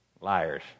Liars